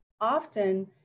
often